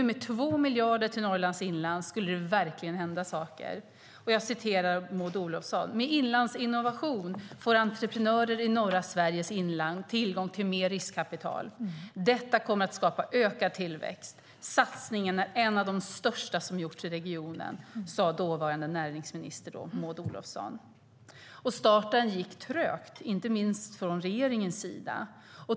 Med 2 miljarder till Norrlands inland skulle det nu verkligen hända saker. Jag citerar Maud Olofsson: "Med Inlandsinnovation AB får entreprenörer i norra Sveriges inland tillgång till mer riskkapital. Detta kommer att skapa ökad tillväxt. Satsningen är en av de största som gjorts i regionen." Detta sade dåvarande näringsministern Maud Olofsson. Starten gick trögt, inte minst från regeringens sida.